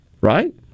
right